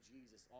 Jesus